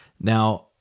Now